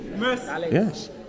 Yes